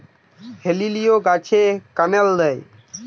হেলিলিও গাছে ক্যানেল দেয়?